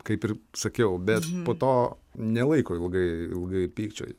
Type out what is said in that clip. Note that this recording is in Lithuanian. kaip ir sakiau bet po to nelaiko ilgai ilgai pykčio